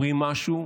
אומרים משהו.